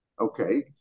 Okay